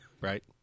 right